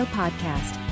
podcast